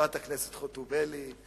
וחברת הכנסת חוטובלי,